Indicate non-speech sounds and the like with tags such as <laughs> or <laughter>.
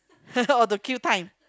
<laughs> or to kill time